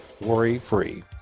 worry-free